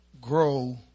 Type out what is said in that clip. grow